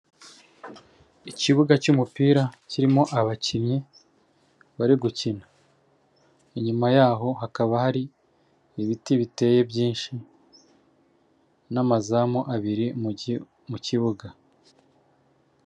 Ikibuga cy'umupira kirimo abakinnyi bari gukina, inyuma yaho hakaba hari ibiti biteye byinshi, n'amazamu abiri muki mu kibuga.